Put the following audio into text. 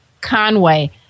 Conway